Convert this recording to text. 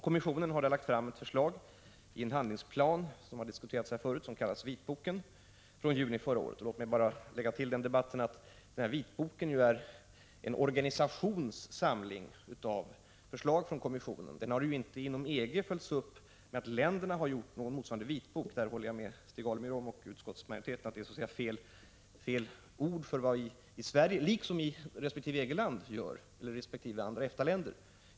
Kommissionen har framlagt ett förslag ingående i en handlingsplan som har diskuterats här förut. Denna plan kallas ”vitboken” och presenterades i juni förra året. Låt mig få säga att denna vitbok är en samling av förslag från EG-kommissionen. Den har ju inte inom EG följts upp genom att länderna har gjort någon motsvarande vitbok. Jag håller på denna punkt med Stig Alemyr och utskottets majoritet i bedömningen att detta är fel ord för sammanställningar som vi i Sverige och i resp. EG-land eller resp. andra EFTA-länder gör.